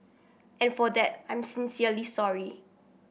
and for that I'm sincerely sorry